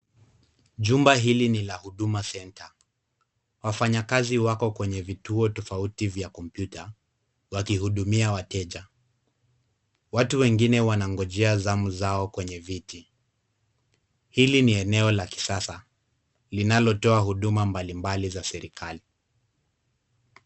Jumba hili ni la huduma center. Wafanyakazi wako kwenye vituo tofauti vya kompyuta wakihudumia wateja. Watu wengine wanangojea zamu zao kwenye viti. Hili ni eneo la kisasa linalotoa huduma mbalimbali za serikali.